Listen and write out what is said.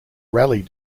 raleigh